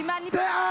Say